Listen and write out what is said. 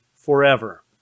forever